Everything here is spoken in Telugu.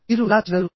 మీరు ఎలా చేయగలరు